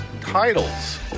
titles